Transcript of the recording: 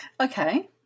Okay